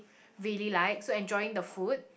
really like so enjoying the food